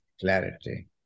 clarity